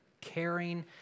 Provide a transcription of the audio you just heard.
caring